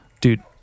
Dude